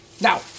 Now